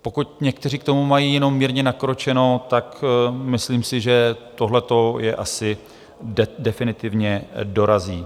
Pokud někteří k tomu mají jenom mírně nakročeno, tak myslím si, že tohleto je asi definitivně dorazí.